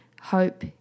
hope